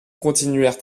continuèrent